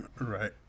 right